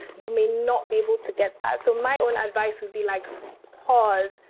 you may not be able to get that. so my only advice would be, like pause,